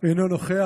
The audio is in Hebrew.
אינו נוכח.